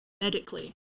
medically